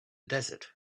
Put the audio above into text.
desert